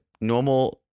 normal